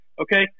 Okay